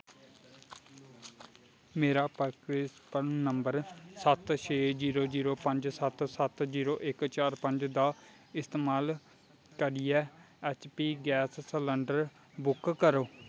मेरा परीकृत संपर्क नंबर सत्त छे जीरो जीरो पंज सत्त सत्त जीरो इक चार पंज दा इस्तमाल करियै H P gas cylinder book करो